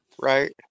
right